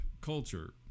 culture